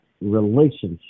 relationship